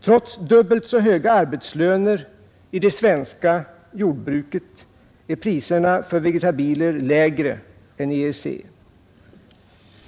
Trots dubbelt så höga arbetslöner i det svenska jordbruket är priserna för vegetabilier lägre än i EEC.